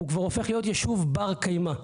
הוא כבר הופך להיות יישוב בר קיימא,